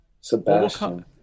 Sebastian